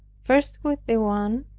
first with the one,